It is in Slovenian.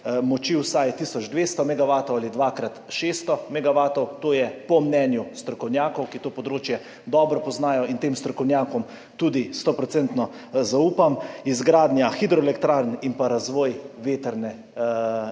ali dvakrat 600 megavatov, to je po mnenju strokovnjakov, ki to področje dobro poznajo, in tem strokovnjakom tudi stoprocentno zaupam, izgradnja hidroelektrarn in razvoj vetrne